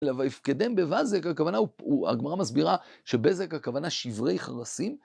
אלא ויפקדם בבזק הכוונה, הגמרא מסבירה שבזק הכוונה שברי חרסים.